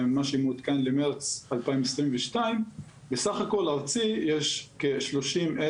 מה שמעודכן למרץ 2022. בסך הכול ארצי יש כ-30,552,